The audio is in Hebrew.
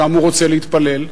שם הוא רוצה להתפלל.